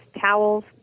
towels